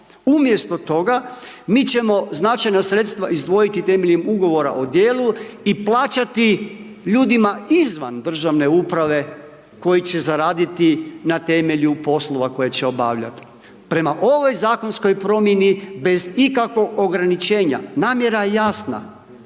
umjesto toga mi ćemo značajna sredstva izdvojiti temeljem ugovora o djelu i plaćati ljudima izvan državne uprave koji će zaraditi na temelju poslova koje će obavljat. Prema ovoj zakonskoj promjeni bez ikakvog ograničenja namjera je jasna,